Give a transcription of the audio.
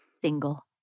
single